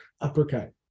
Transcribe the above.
uppercut